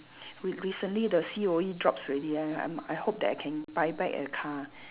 re~ recently the C_O_E drops already I I'm I hope that I can buy back a car